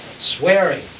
swearing